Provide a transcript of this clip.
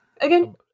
again